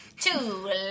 Two